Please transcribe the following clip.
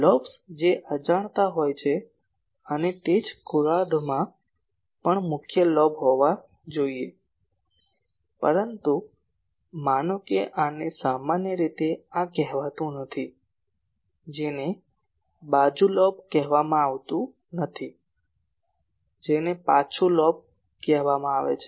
lobes જે અજાણતાં હોય છે અને તે જ ગોળાર્ધમાં પણ મુખ્ય લોબ જેવા હોય છે તેથી આ પરંતુ માનો કે આને સામાન્ય રીતે આ કહેવાતું નથી જેને બાજુ લોબ કહેવામાં આવતું નથી જેને પાછું લોબ કહેવામાં આવે છે